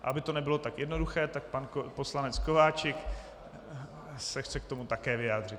A aby to nebylo tak jednoduché, tak pan poslanec Kováčik se chce k tomu také vyjádřit.